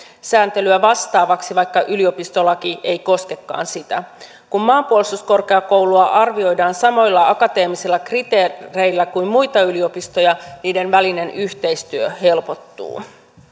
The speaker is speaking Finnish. sääntelyä vastaavaksi vaikka yliopistolaki ei koskekaan sitä kun maanpuolustuskorkeakoulua arvioidaan samoilla akateemisilla kriteereillä kuin muita yliopistoja niiden välinen yhteistyö helpottuu